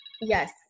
Yes